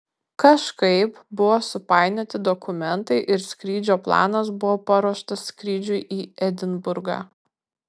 kažkaip buvo supainioti dokumentai ir skrydžio planas buvo paruoštas skrydžiui į edinburgą